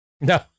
No